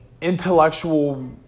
intellectual